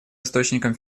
источником